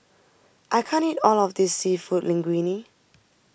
I can't eat all of this Seafood Linguine